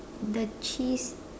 the cheese